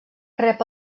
rep